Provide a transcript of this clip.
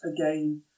again